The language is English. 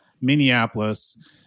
Minneapolis